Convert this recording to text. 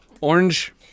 Orange